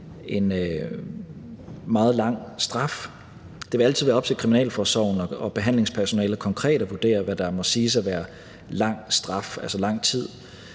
en meget lang straf. Det vil altid være op til kriminalforsorgen og behandlingspersonalet konkret at vurdere, hvad der må siges at være en lang straf, altså lang tid,